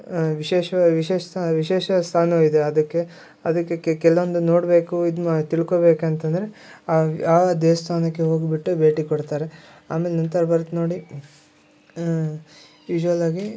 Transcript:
ವಿಶೇಷ ವಿಶೇಷ ಸಾ ವಿಶೇಷ ಸ್ಥಾನವಿದೆ ಅದಕ್ಕೆ ಅದಕ್ಕೆ ಕೆಲವೊಂದು ನೋಡಬೇಕು ಇದು ಮಾ ತಿಳ್ಕೊಬೇಕು ಅಂತಂದರೆ ಆ ಯಾವ ದೇವಸ್ಥಾನಕ್ಕೆ ಹೋಗಿಬಿಟ್ಟೇ ಭೇಟಿ ಕೊಡ್ತಾರೆ ಆಮೇಲೆ ನಂತರ ಬರತ್ತೆ ನೋಡಿ ಯುಶ್ವಲ್ಲಾಗಿ